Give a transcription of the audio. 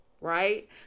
Right